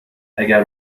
اگر